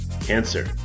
cancer